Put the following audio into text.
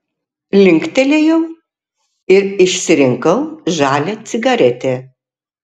linktelėjau ir išsirinkau žalią cigaretę